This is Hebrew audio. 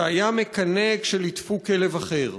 שהיה מקנא כשליטפו כלב אחר,